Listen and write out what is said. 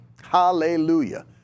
Hallelujah